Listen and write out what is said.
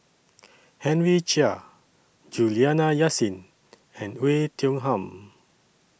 Henry Chia Juliana Yasin and Oei Tiong Ham